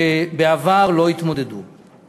שבעבר לא התמודדו אתם.